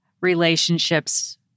relationships